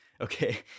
okay